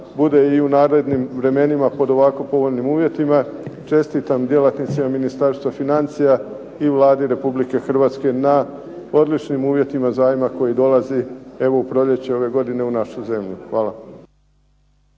bude i u narednim vremenima pod ovako povoljnim uvjetima. Čestitam djelatnicima Ministarstva financija i Vladi Republike Hrvatske na odličnim uvjetima zajma koji dolazi u proljeće ove godine u našu zemlju. Hvala.